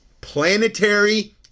planetary